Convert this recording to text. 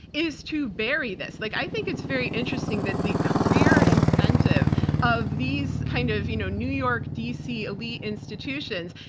is to bury this. like, i think it's very interesting that the career incentive of these kind of you know new york, d. c. elite institutions,